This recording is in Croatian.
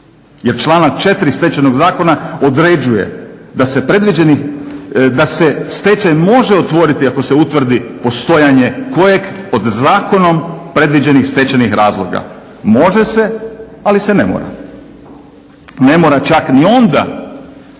Jer članak 4. Stečajnog zakona određuje da se stečaj može otvoriti ako se utvrdi postojanje kojeg od zakonom predviđenih stečajnih razloga. Može se, ali se ne mora. Ne mora čak ni onda